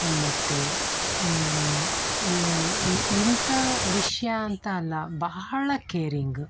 ಮತ್ತು ಇಂಥ ವಿಷಯ ಅಂತ ಅಲ್ಲ ಬಹಳ ಕೇರಿಂಗ